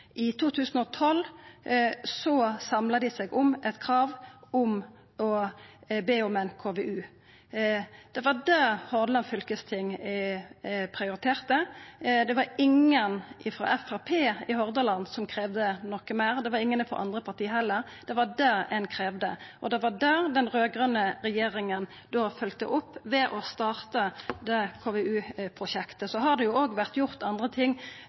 I 2012 samla dei seg om eit krav om å be om ein KVU. Det var det Hordaland fylkesting prioriterte. Det var ingen frå Framstegspartiet i Hordaland som kravde noko meir, ingen frå andre parti heller. Det var det ein kravde, og det var det den raud-grøne regjeringa følgde opp ved å starta det KVU-prosjektet. Det har òg vore gjort andre ting,